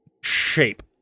shape